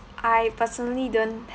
I personally don't